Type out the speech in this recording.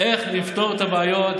איך לפתור את הבעיות,